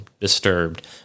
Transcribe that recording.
disturbed